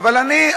אבל אני,